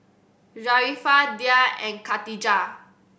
Sharifah Dhia and Khatijah